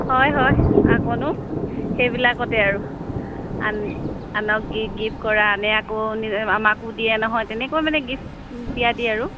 হয় হয় আকৌনো সেইবিলাকতে আৰু আন আনক গি গিফ্ট কৰা আনে আকৌ আমাকো দিয়ে নহয় তেনেকুৱা মানে গিফ্ট দিয়া দিয়ি আৰু